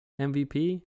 MVP